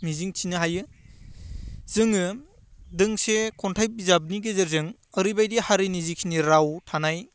मिजिं थिनो हायो जोङो दोंसे खन्थाइ बिजाबनि गेजेरजों ओरैबादि हारिनि जिखिनि राव थानाय